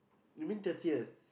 you mean thirtieth